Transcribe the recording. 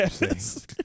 Yes